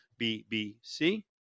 BBC